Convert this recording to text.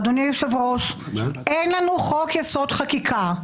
אדוני היושב ראש, אין לנו חוק יסוד חקיקה.